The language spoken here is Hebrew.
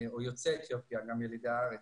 או יוצאי אתיופיה גם ילידי הארץ,